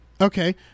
okay